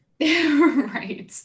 Right